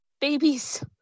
Babies